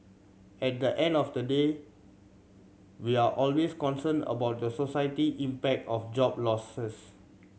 at the end of the day we're always concerned about the society impact of job losses